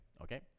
okay